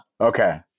Okay